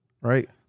Right